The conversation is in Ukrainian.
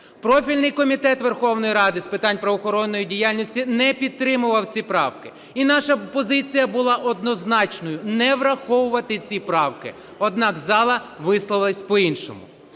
Профільний Комітет Верховної Ради з питань правоохоронної діяльності не підтримував ці правки. І наша позиція була однозначною: не враховувати ці правки. Однак зала висловилась по-іншому.